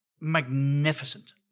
magnificent